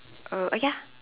uh uh ya